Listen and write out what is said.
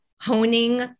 honing